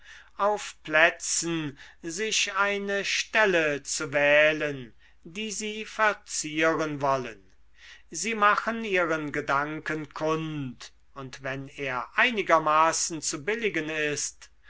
auf plätzen sich eine stelle zu wählen die sie verzieren wollen sie machen ihren gedanken kund und wenn er einigermaßen zu billigen ist